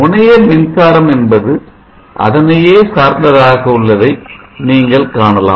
முனைய மின்சாரம் என்பது அதனையே சார்ந்ததாக உள்ளதை நீங்கள் காணலாம்